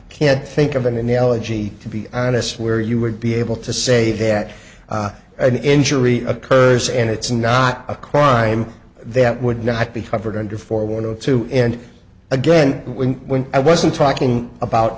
can't think of an analogy to be honest where you would be able to say that an injury occurs and it's not a crime that would not be covered under for one or two and again when i wasn't talking about